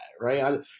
Right